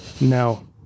no